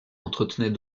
entretenait